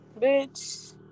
Bitch